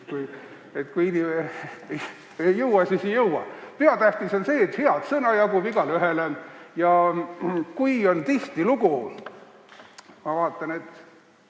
ei jõua, siis ei jõua. Peatähtis on see, et head sõna jagub igaühele. Ja kui on tihtilugu – ma vaatan, et